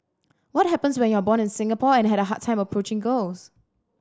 what happens when you are born in Singapore and had a hard time approaching girls